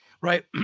Right